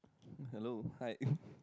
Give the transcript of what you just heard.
hello hi